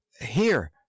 Here